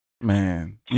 man